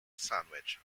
sandwich